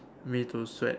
me to sweat